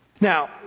Now